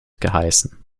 geheißen